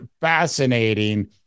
fascinating